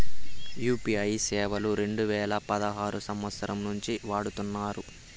UPI సేవలు రెండు వేల పదహారు సంవచ్చరం నుండి వాడుతున్నారు